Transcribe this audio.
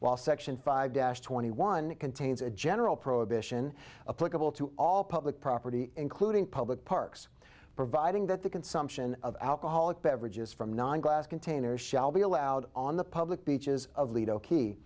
while section five dash twenty one it contains a general prohibition of political to all public property including public parks providing that the consumption of alcoholic beverages from non glass containers shall be allowed on the public beaches of lido key